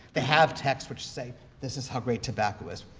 they have texts which say, this is how great tobacco is.